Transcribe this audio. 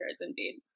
indeed